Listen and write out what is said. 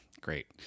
great